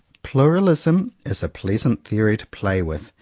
pluralism is a pleasant theory to play with,